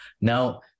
Now